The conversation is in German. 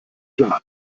plan